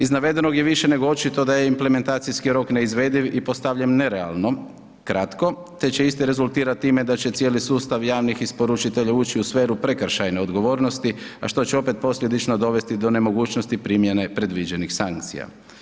Iz navedenog je više nego očito da je implementacijski rok neizvediv i postavljen nerealno kratko te će isti rezultirat time da će cijeli sustav javnih isporučitelja ući u sferu prekršajne odgovornosti, a što će opet posljedično dovesti do nemogućnosti primjene predviđenih sankcija.